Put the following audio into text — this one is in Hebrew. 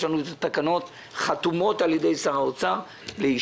לנו את התקנות חתומות על ידי שר האוצר לאישור.